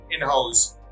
in-house